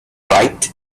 right